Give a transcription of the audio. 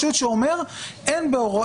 ברובד השני, האזרח כבר היום